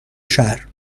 شهر